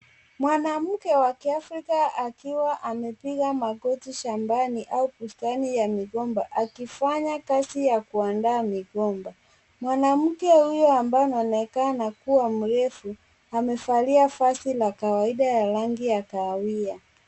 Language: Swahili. Mwanamke wa kiafrika akiwa amepiga magoti shambani, au bustani ya migomba, akifanya kazi ya kuandaa migomba. Mwanamke huyu ambaye anaonekana kuwa mrefu, amevalia vazi la kawaida ya rangi ya kahawia.